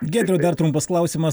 giedriau dar trumpas klausimas